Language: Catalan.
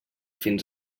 fins